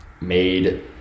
made